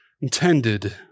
intended